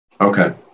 Okay